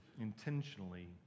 intentionally